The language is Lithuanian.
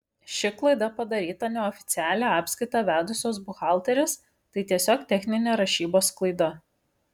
ši klaida padaryta neoficialią apskaitą vedusios buhalterės tai tiesiog techninė rašybos klaida